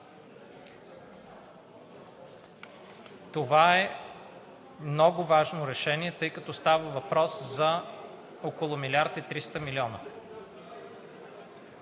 Това е много важно решение, тъй като става въпрос за около 1 млрд.